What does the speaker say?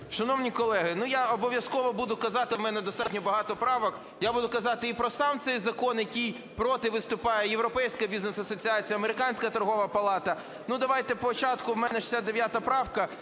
Шановні колеги, я обов'язково буду казати, у мене достатньо багато правок. Я буду казати і про сам цей закон, який проти виступає Європейська Бізнес Асоціація, Американська торгова палата. Давайте спочатку. У мене 69 правка.